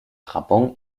japón